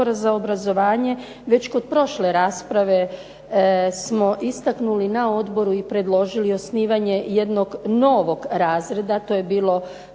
Odbora za obrazovanje već kod prošle rasprave smo istaknuli na odboru i predložili osnivanje jednog novog razreda, to je bilo